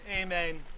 Amen